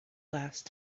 last